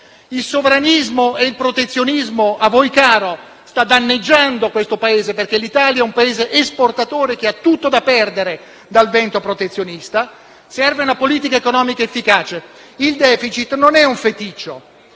il sovranismo e il protezionismo a voi cari stanno danneggiando questo Paese, perché l'Italia è un Paese esportatore che ha tutto da perdere dal vento protezionista. Serve una politica economica efficace: il *deficit* non è un feticcio;